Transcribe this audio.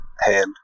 hand